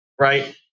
right